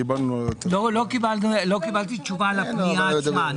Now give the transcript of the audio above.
לא קיבלתי תשובה על הפנייה עצמה.